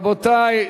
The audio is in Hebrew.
רבותי,